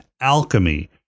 alchemy